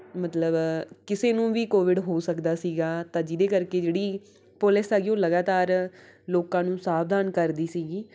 ਮਤਲਬ ਕਿਸੇ ਨੂੰ ਵੀ ਕੋਵਿਡ ਹੋ ਸਕਦਾ ਸੀਗਾ ਤਾਂ ਜਿਹਦੇ ਕਰਕੇ ਜਿਹੜੀ ਪੁਲਿਸ ਹੈਗੀ ਉਹ ਲਗਾਤਾਰ ਲੋਕਾਂ ਨੂੰ ਸਾਵਧਾਨ ਕਰਦੀ ਸੀਗੀ